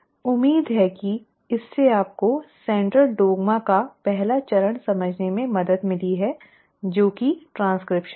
उम्मीद है कि इससे आपको सेंट्रल डोग्मा का पहला चरण समझने में मदद मिली है जो ट्रांसक्रिप्शन है